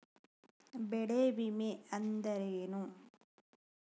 ಬೆಳೆ ವಿಮೆ ಅಂದರೇನು?